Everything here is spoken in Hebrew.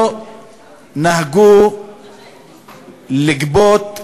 לא נהגו לגבות מע"מ,